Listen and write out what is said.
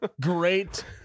Great